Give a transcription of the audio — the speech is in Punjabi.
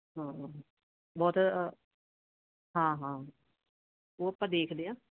ਹਾਂ ਹਾਂ ਬਹੁਤ ਹਾਂ ਹਾਂ ਉਹ ਆਪਾਂ ਦੇਖਦੇ ਹਾਂ